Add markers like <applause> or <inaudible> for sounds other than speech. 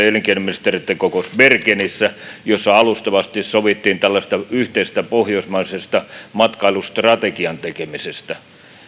<unintelligible> elinkeinoministereitten kokous bergenissä jossa alustavasti sovittiin tällaisesta yhteisestä pohjoismaisesta matkailustrategian tekemisestä